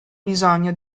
bisogno